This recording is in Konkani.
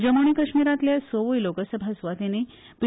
जम्मू आनी काश्मीरातले सव्रय लोकसभा सुवातीनी पी